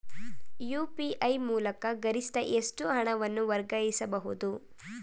UPI ಮೂಲಕ ಗರಿಷ್ಠ ಎಷ್ಟು ಹಣವನ್ನು ವರ್ಗಾಯಿಸಬಹುದು?